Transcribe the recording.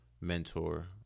mentor